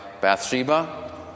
Bathsheba